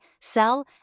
sell